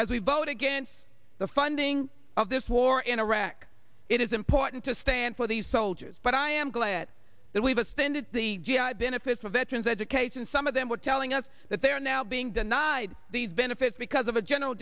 as we vote against the funding of this war in iraq it is important to stand for these soldiers but i am glad that we've extended the g i benefits for veterans education some of them were telling us that they are now being denied these benefits because of a general